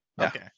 Okay